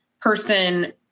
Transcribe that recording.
person